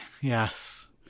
yes